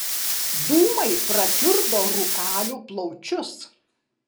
dūmai prakiurdo rūkalių plaučius